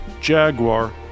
Jaguar